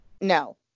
No